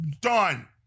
done